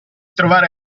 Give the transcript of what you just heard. trovare